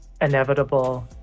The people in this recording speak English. inevitable